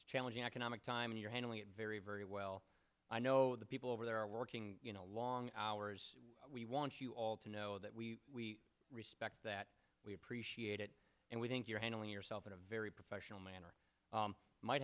cvo challenging economic time and you're handling it very very well i know the people over there are working long hours we want you all to know that we respect that we appreciate it and we think you're handling yourself in a very professional manner might